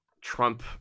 Trump